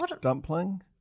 dumpling